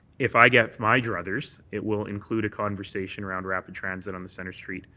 if i get my druthers, it will include a conversation around rapid transit on the centre street